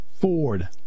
Ford